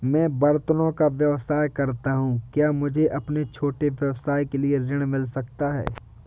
मैं बर्तनों का व्यवसाय करता हूँ क्या मुझे अपने छोटे व्यवसाय के लिए ऋण मिल सकता है?